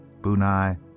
Bunai